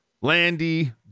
Landy